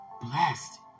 blessed